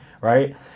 right